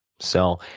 so,